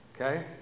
Okay